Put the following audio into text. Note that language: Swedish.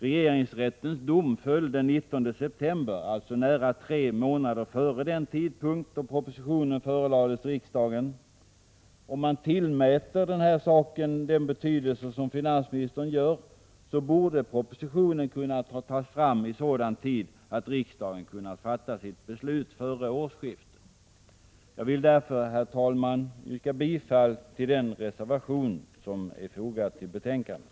Regeringsrättens dom föll den 19 september, alltså nära tre månader före den tidpunkt då propositionen förelades riksdagen. Om man tillmätte den här saken den betydelse som finansministern gör, så borde propositionen ha kunnat tas fram i sådan tid att riksdagen kunnat fatta sitt beslut före årsskiftet. Herr talman! Jag vill därför yrka bifall till den reservation som är fogad till betänkandet.